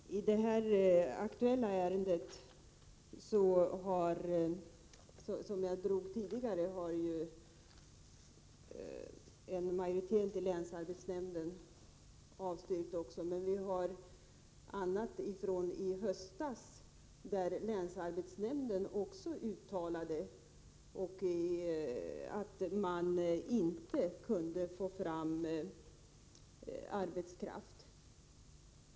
Herr talman! I det här aktuella ärendet, som jag tidigare talade om, har alltså en majoritet i länsarbetsnämnden avstyrkt ansökan. Men det finns också andra uppgifter från i höstas. Länsarbetsnämnden uttalade då att man inte kunde få fram arbetskraft.